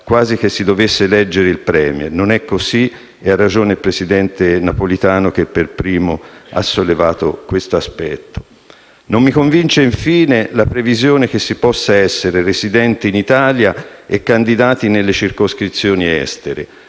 non è così e ha ragione il presidente Napolitano che, per primo, ha sollevato quest'aspetto. Non mi convince infine la previsione che si possa essere residenti in Italia e candidati nelle circoscrizioni estere: